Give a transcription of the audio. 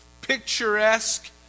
picturesque